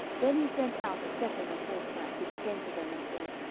then he sent out a second on horseback, which came to them, and said,